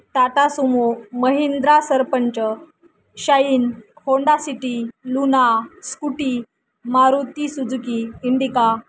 Tata Sumo Mahindra Sarpanch Shine Honda City Luna Scooty Maruti Suzuki indica